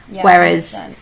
whereas